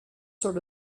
sort